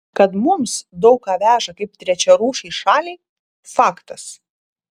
kad mums daug ką veža kaip trečiarūšei šaliai faktas